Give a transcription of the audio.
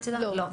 לא.